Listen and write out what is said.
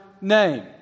name